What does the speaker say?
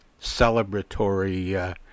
celebratory